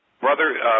Brother